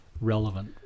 relevant